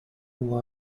who